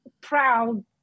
proud